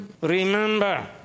remember